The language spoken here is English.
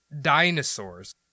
dinosaurs